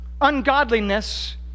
ungodliness